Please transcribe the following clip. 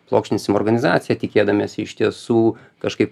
plokštinsim organizaciją tikėdamiesi iš tiesų kažkaip